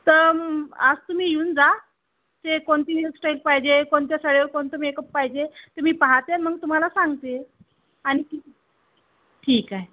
तर आज तुम्ही येऊन जा ते कोणती हेअरसटाईल पाहिजे कोणत्या साडीवर कोणतं मेकअप पाहिजे ते मी पाहाते मग तुम्हाला सांगते आणखी ठीक आहे